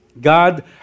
God